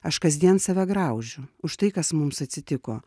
aš kasdien save graužiu už tai kas mums atsitiko